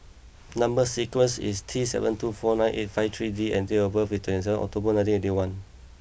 number sequence is T seven two four nine eight five three D and date of birth is twenty seven October nineteen eighty one